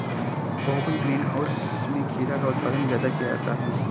बहुभुज greenhouse में खीरा का उत्पादन ज्यादा किया जाता है